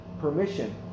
permission